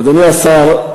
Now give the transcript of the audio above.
אדוני השר,